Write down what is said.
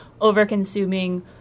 over-consuming